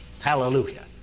Hallelujah